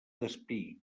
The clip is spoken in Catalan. despí